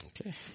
Okay